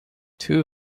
two